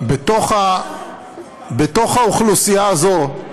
בתוך האוכלוסייה הזאת,